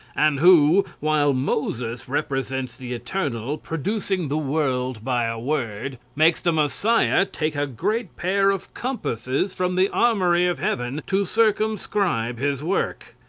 and who, while moses represents the eternal producing the world by a word, makes the messiah take a great pair of compasses from the armoury of heaven to circumscribe his work?